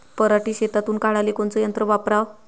पराटी शेतातुन काढाले कोनचं यंत्र वापराव?